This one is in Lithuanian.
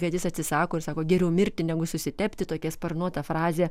kad jis atsisako ir sako geriau mirti negu susitepti tokia sparnuota frazė